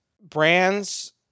brands